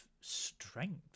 strength